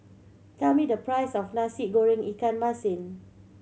tell me the price of Nasi Goreng ikan masin